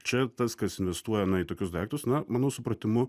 čia tas kas investuoja na į tokius daiktus na manau supratimu